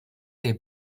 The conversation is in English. their